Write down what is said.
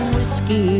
Whiskey